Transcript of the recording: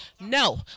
No